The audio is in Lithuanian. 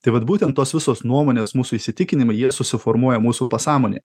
tai vat būtent tos visos nuomonės mūsų įsitikinimai jie susiformuoja mūsų pasąmonė